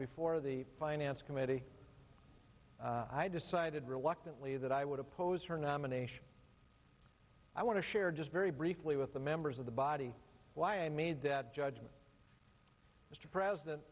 before the finance committee i decided reluctantly that i would oppose her nomination i want to share just very briefly with the members of the body why i made that judgment mr president